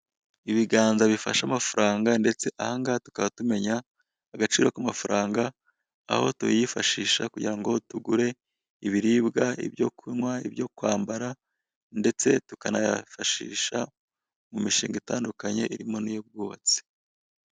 Amafaranga menshi cyane arunze ku meza. Hari umuntu uri kuyabara, bisa n'aho amaze kuyahabwa ako kanya.